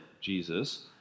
Jesus